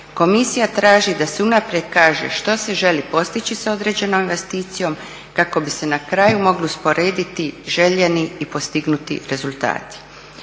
Komisija traži da se unaprijed kaže što se želi postići sa određenom investicijom kako bi se na kraju mogli usporediti željeni i postignuti rezultati.